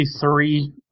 three